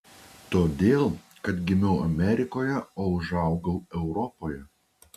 todėl kad gimiau amerikoje o užaugau europoje